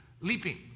leaping